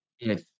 Yes